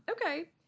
Okay